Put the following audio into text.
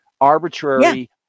arbitrary